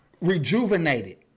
rejuvenated